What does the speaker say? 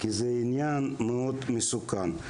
כי זה עניין מאוד מסוכן.